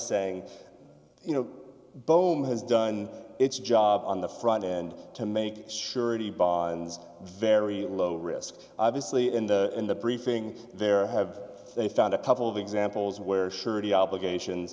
saying you know boehm has done its job on the front end to make sure the bonds very low risk obviously in the in the briefing there have they found a couple of examples where surety obligation